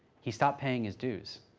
he stopped paying his dues,